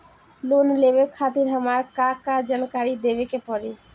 Loan लेवे खातिर हमार का का जानकारी देवे के पड़ी?